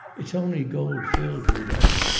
it's only gold filled, rudolph.